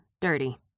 dirty